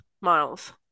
Miles